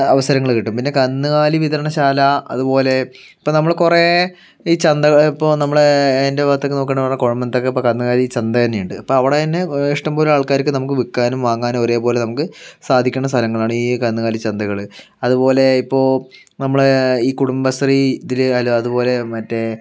അവസരങ്ങൾ കിട്ടും പിന്നെ കന്നുകാലി വിതരണശാല അതുപോലെ ഇപ്പോൾ നമ്മൾ കുറേ ഈ ചന്ത ഇപ്പോൾ നമ്മളേ എൻ്റെ ഭാഗത്ത് ഒക്കെ നോക്കുകയാണെങ്കിൽ വളരേ ഒക്കെ ഇപ്പോൾ കന്നുകാലിച്ചന്ത തന്നെയുണ്ട് അപ്പം അവിടെ തന്നെ ഇഷ്ടംപോലെ ആൾക്കാർക്ക് നമുക്ക് വിൽക്കാനും വാങ്ങാനും ഒരേപോലെ നമുക്ക് സാധിക്കേണ്ട സ്ഥലങ്ങളാണ് ഈ കന്നുകാലിച്ചന്തകൾ അതുപോലെ ഇപ്പോൾ നമ്മുടെ ഈ കുടുംബശ്രീ ഇതിൽ അതുപോലെ മറ്റേ